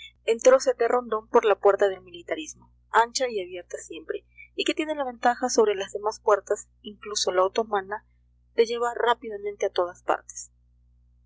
entrose de rondón por la puerta del militarismo ancha y abierta siempre y que tiene la ventaja sobre las demás puertas incluso la otomana de llevar rápidamente a todas partes